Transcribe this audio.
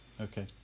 Okay